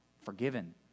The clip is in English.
forgiven